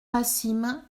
passim